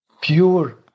pure